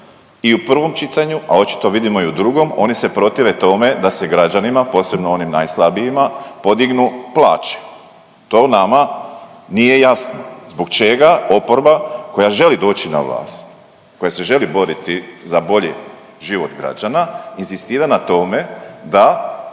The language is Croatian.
i u prvom čitanju, a očito vidimo i u drugom oni se protive tome da se građanima, posebno onim najslabijima podignu plaće. To nama nije jasno zbog čega oporba koja želi doći na vlast, koja se želi boriti za bolji život građana inzistira na tome da